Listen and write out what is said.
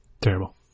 Terrible